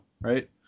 right